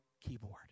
keyboard